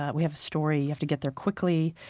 ah we have a story. you have to get there quickly.